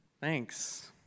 Thanks